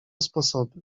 sposoby